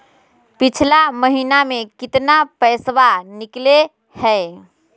पिछला महिना मे कते पैसबा निकले हैं?